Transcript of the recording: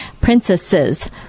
princesses